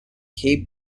cape